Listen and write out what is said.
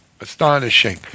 astonishing